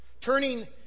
Turning